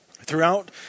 Throughout